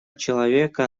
человека